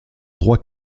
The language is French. droit